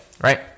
right